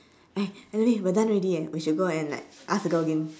eh anyway we are done already eh we should go and like ask the girl again